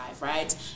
right